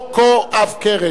חוק כה עב-כרס,